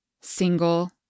single